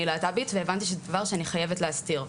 להט"בית והבנתי שזה דבר שאני חייבת להסתיר,